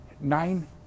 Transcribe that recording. nine